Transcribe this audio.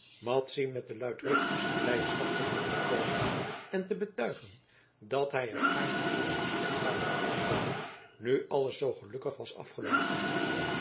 madzy met de luidruchtigste blijdschap te gemoet te komen en te betuigen dat hij er gaarne eens zoo slecht ware afgekomen nu alles zoo gelukkig was afgeloopen